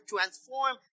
transform